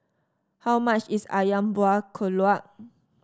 how much is ayam Buah Keluak